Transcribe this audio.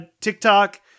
tiktok